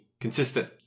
consistent